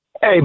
Hey